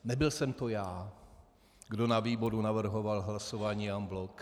Nebyl jsem to já, kdo na výboru navrhoval hlasování en bloc.